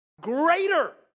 Greater